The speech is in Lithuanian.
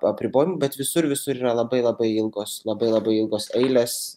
apribojimų bet visur visur yra labai labai ilgos labai labai ilgos eilės